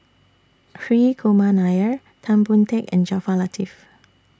Hri Kumar Nair Tan Boon Teik and Jaafar Latiff